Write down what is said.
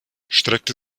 streckte